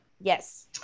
Yes